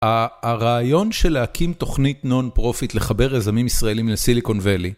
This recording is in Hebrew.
הרעיון של להקים תוכנית נון פרופיט לחבר יזמים ישראלים לסיליקון וואלי.